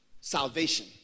Salvation